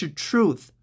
truth，